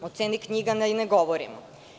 O ceni knjiga da i ne govorimo.